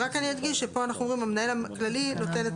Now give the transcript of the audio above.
רק אני אדגיש שפה אנחנו אומרים שהמנהל הכללי מפעיל את